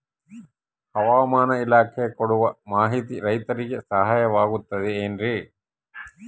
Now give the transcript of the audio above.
ಹವಮಾನ ಇಲಾಖೆ ಕೊಡುವ ಮಾಹಿತಿ ರೈತರಿಗೆ ಸಹಾಯವಾಗುತ್ತದೆ ಏನ್ರಿ?